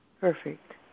perfect